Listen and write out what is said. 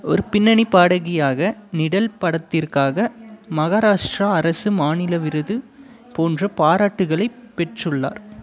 ஒரு பின்னணிப் பாடகியாக நிடல் படத்திற்காக மகாராஷ்டிரா அரசு மாநில விருது போன்ற பாராட்டுகளைப் பெற்றுள்ளார்